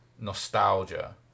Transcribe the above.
nostalgia